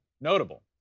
notable